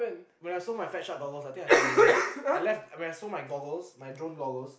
when I sold my goggles I think I told you right I left when I sold my goggles my drone goggles